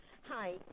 Hi